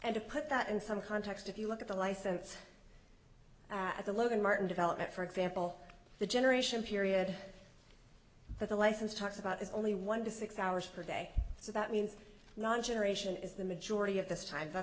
and to put that in some context if you look at the license at the logan martin development for example the generation period that the license talks about is only one to six hours per day so that means not generation is the majority of this time